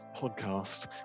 podcast